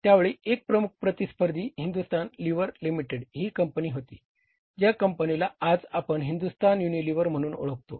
त्यावेळी एक प्रमुख प्रतिस्पर्धी हिंदुस्तान लीव्हर लिमिटेड ही कंपनी होती ज्या कंपनीला आज आपण हिंदुस्तान युनिलिव्हर म्हणून ओळखतो